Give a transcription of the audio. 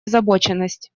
озабоченность